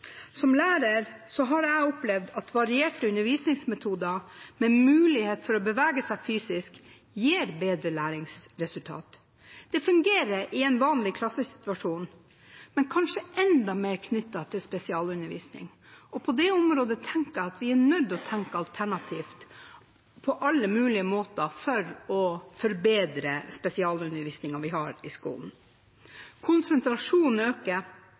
Som lærer har jeg opplevd at varierte undervisningsmetoder med mulighet for å bevege seg fysisk gir bedre læringsresultat. Det fungerer i en vanlig klassesituasjon, men kanskje enda mer knyttet til spesialundervisning. På det området er vi nødt til å tenke alternativt på alle mulige måter for å forbedre spesialundervisningen vi har i skolen. Konsentrasjonen øker,